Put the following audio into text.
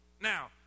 now